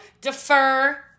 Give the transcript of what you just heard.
defer